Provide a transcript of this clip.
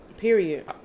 Period